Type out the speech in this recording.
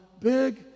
big